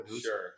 Sure